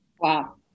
Wow